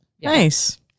Nice